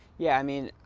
yeah, i mean,